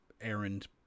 errand